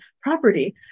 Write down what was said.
property